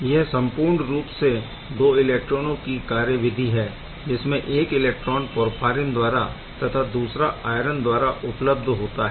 यह संपूर्ण रूप से दो एलेक्ट्रोनों की कार्यविधि है जिसमें एक इलेक्ट्रॉन पोरफ़ाईरिन द्वारा तथा दूसरा आयरन द्वारा उपलब्ध होता है